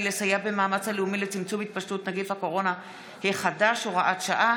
לסייע במאמץ הלאומי לצמצום התפשטות נגף הקורונה החדש (הוראת שעה),